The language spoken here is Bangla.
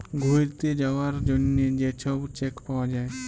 ঘ্যুইরতে যাউয়ার জ্যনহে যে ছব চ্যাক পাউয়া যায়